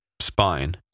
Spine